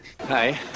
Hi